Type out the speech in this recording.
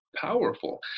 powerful